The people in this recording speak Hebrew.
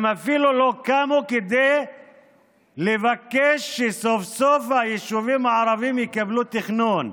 הם אפילו לא קמו כדי לבקש שסוף-סוף היישובים הערביים יקבלו תכנון.